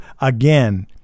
again